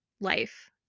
life